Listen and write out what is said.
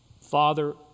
Father